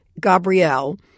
Gabrielle